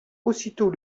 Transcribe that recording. aussitôt